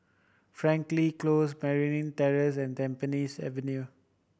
Frankel Close Merryn Terrace and Tampines Avenue